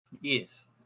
Yes